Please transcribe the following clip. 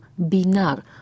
Binar